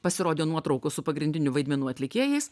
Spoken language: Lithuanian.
pasirodė nuotraukos su pagrindinių vaidmenų atlikėjais